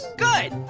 good.